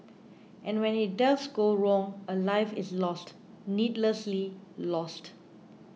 and when it does go wrong a life is lost needlessly lost